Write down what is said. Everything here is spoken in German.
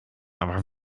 aber